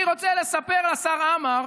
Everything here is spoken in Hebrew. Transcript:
אני רוצה לספר לשר עמאר